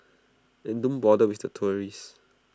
and don't bother with the tourists